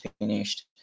finished